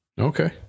okay